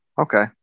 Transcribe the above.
Okay